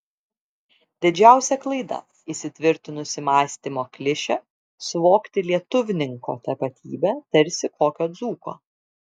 didžiausia klaida įsitvirtinusi mąstymo klišė suvokti lietuvninko tapatybę tarsi kokio dzūko